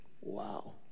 Wow